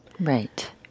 right